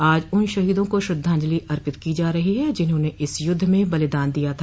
आज उन शहीदों को श्रद्धांजलि अर्पित की जा रही है जिन्होंने इस युद्ध में बलिदान दिया था